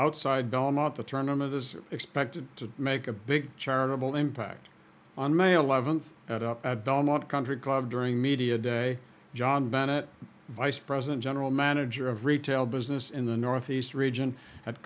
outside belmont the tournament is expected to make a big charitable impact on may eleventh at up at belmont country club during media day john bennett vice president general manager of retail business in the northeast region at